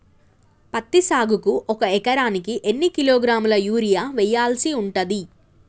పత్తి సాగుకు ఒక ఎకరానికి ఎన్ని కిలోగ్రాముల యూరియా వెయ్యాల్సి ఉంటది?